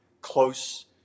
close